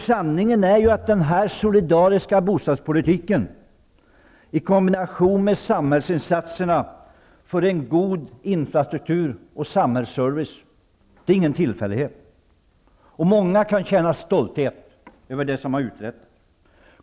Sanningen är att den solidariska bostadspolitiken i kombination med samhällsinsatserna för en god infrastruktur och samhällsservice inte är någon tillfällighet. Många kan känna stolthet över det som har uträttats.